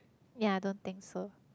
ya don't think so